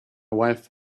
wife